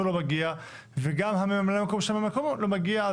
לא מגיע וגם הממלא מקום של ממלא המקום לא מגיע,